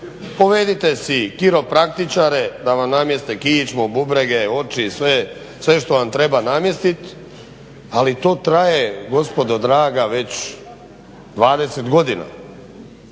Povedite si kiropraktičare da vam namjeste kičmu, bubrege, oči, sve što vam treba namjestiti. Ali to traje gospodo draga već 20 godina.